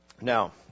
Now